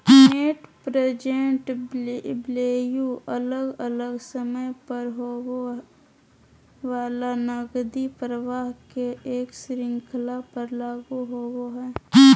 net present value अलग अलग समय पर होवय वला नकदी प्रवाह के एक श्रृंखला पर लागू होवय हई